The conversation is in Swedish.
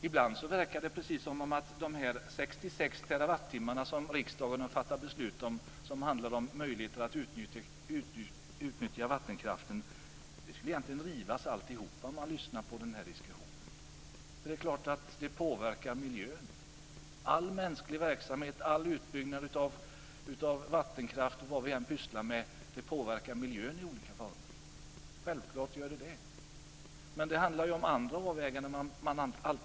Ibland verkar det som om att de 66 TWh som riksdagen har fattat beslut om - om möjligheter att utnyttja vattenkraften - egentligen skall rivas upp. Det är klart att det påverkar miljön. All mänsklig verksamhet, all utbyggnad av vattenkraft, vad vi än pysslar med, påverkar miljön i olika former. Men vi måste alltid göra andra avväganden.